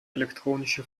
elektronische